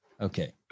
Okay